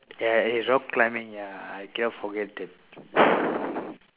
ya it has rock climbing ya I keep on forget that